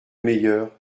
meilleur